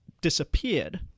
disappeared